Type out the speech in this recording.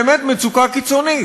באמת מצוקה קיצונית.